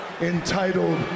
entitled